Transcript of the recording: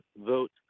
vote